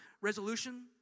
resolution